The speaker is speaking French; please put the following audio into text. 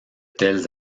telles